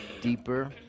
deeper